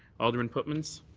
alderman pootmans?